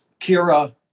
Kira